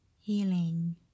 healing